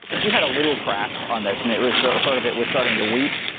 if you have a little crack on this, and it was so sort of it was starting to weep,